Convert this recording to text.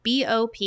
BOP